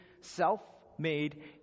self-made